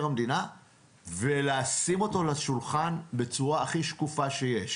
המדינה ולשים אותו על השולחן בצורה הכי שקופה שיש.